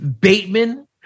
bateman